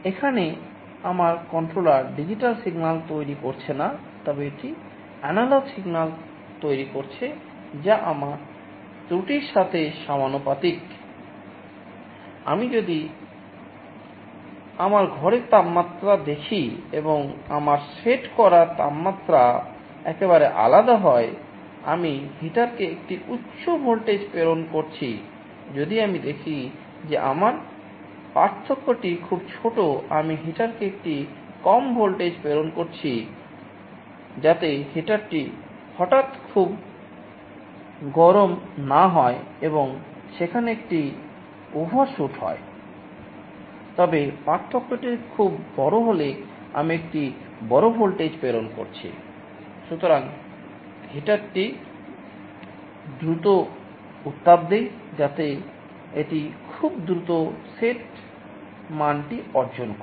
এখানে আমার controller digital signal অর্জন করে